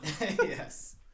Yes